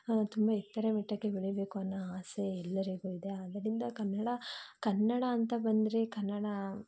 ತುಂಬ ಎತ್ತರ ಮಟ್ಟಕ್ಕೆ ಬೆಳಿಬೇಕು ಅನ್ನೊ ಆಸೆ ಎಲ್ಲರಿಗೂ ಇದೆ ಆದ್ದರಿಂದ ಕನ್ನಡ ಕನ್ನಡ ಅಂತ ಬಂದರೆ ಕನಡ